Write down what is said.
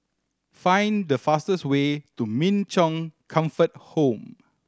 find the fastest way to Min Chong Comfort Home